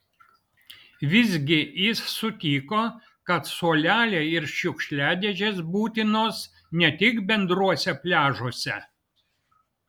vis gi jis sutiko kad suoleliai ir šiukšliadėžės būtinos ne tik bendruose pliažuose